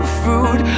food